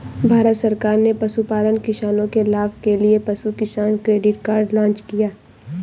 भारत सरकार ने पशुपालन किसानों के लाभ के लिए पशु किसान क्रेडिट कार्ड लॉन्च किया